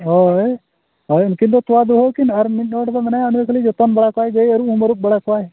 ᱦᱳᱭ ᱦᱳᱭ ᱦᱳᱭ ᱩᱱᱠᱤᱱ ᱫᱚ ᱛᱚᱣᱟ ᱫᱩᱦᱟᱹᱣ ᱠᱤᱱ ᱟᱨ ᱢᱤᱫ ᱦᱚᱲ ᱫᱚ ᱢᱟᱱᱮ ᱩᱱᱤ ᱫᱚ ᱠᱷᱟᱹᱞᱤ ᱡᱚᱛᱚᱱ ᱵᱟᱲᱟ ᱠᱚᱣᱟᱭ ᱜᱟᱹᱭ ᱢᱤᱦᱩ ᱟᱹᱨᱩᱵ ᱵᱟᱲᱟ ᱠᱚᱣᱟᱭ